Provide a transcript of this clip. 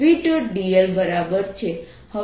dl બરાબર છે